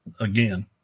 again